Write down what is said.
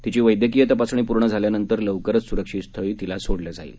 तिची वैद्यकीय तपासणी पूर्ण झाल्यानंतर लवकरच सुरक्षित स्थळी सोडलं जाणार आहे